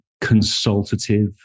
consultative